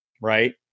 right